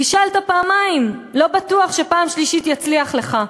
פישלת פעמיים, לא בטוח שבפעם השלישית יצליח לך.